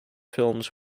films